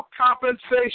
compensation